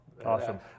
Awesome